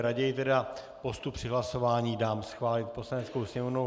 Raději postup při hlasování dám schválit Poslaneckou sněmovnou.